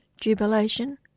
jubilation